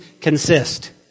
consist